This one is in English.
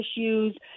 issues